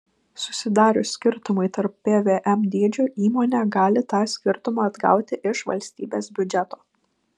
susidarius skirtumui tarp pvm dydžių įmonė gali tą skirtumą atgauti iš valstybės biudžeto